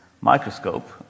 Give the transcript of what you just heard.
microscope